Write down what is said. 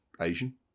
Asian